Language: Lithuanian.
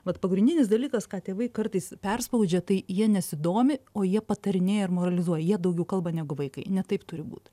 vat pagrindinis dalykas ką tėvai kartais perspaudžia tai jie nesidomi o jie patarinėja ir moralizuoja jie daugiau kalba negu vaikai ne taip turi būt